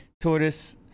Tortoise